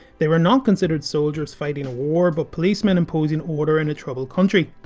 they were not considered soldiers fighting a war but policemen imposing order in a troubled country.